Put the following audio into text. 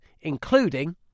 including